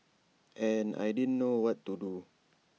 and I didn't know what to do